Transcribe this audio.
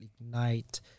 ignite